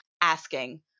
asking